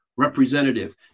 Representative